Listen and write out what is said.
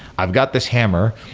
i've got this hammer.